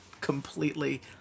completely